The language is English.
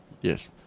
Yes